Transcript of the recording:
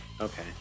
Okay